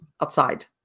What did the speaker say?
outside